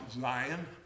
Zion